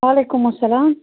وعلیکُم اَسَلام